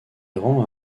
rend